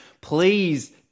Please